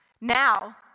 Now